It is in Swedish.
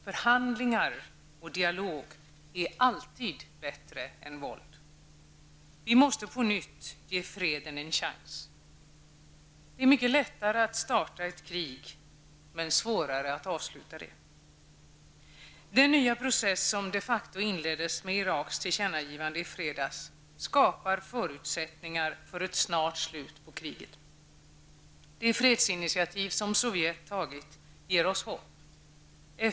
Förhandling och dialog är alltid bättre än våld. Vi måste på nytt ge freden en chans. Det är mycket lätt att starta ett krig, men svårare att avsluta det. Den nya process som de facto inleddes med Iraks tillkännagivande i fredags skapar förutsättningar för ett snart slut på kriget. Det fredsinitiativ som Sovjet tagit ger oss hopp.